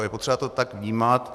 Je potřeba to tak vnímat.